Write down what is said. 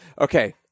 okay